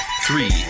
three